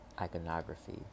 iconography